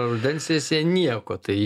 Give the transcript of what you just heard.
rudens sesiją nieko tai